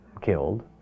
killed